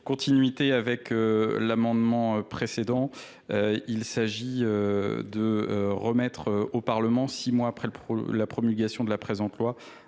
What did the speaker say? continuité avec l'amendement précédent il s'agit de remettre au parlement six mois après la promulgation de la présente loi